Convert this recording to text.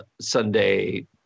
Sunday